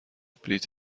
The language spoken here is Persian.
بلیت